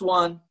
one